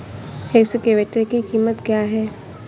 Excavator की कीमत क्या है?